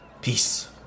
peace